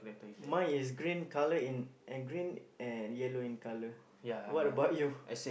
mine is green colour in and green and yellow in colour what about you